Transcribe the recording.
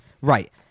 Right